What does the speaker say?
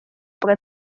про